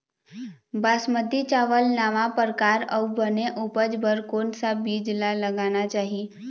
बासमती चावल नावा परकार अऊ बने उपज बर कोन सा बीज ला लगाना चाही?